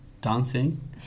dancing